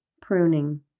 pruning